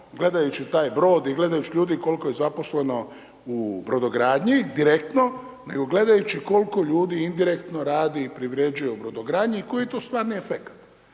gledajući taj brod i gledajući ljudi koliko je zaposleno u brodogradnji, direktno, nego gledajući koliko ljudi indirektno radi i privređuje u brodogradnji i koji je to stvarni efekat.